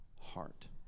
heart